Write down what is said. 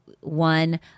one